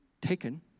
taken